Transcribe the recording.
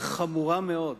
חמורה מאוד,